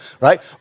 right